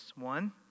One